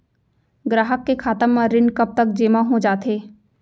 ग्राहक के खाता म ऋण कब तक जेमा हो जाथे?